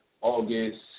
August